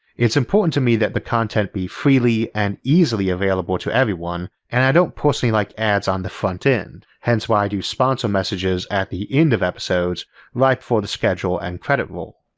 it's important to me that the content be freely and easily available to everyone and i don't personally like ads on the front end, hence why i do sponsor messages messages at the end of episodes right before the schedule and credit roll.